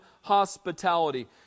hospitality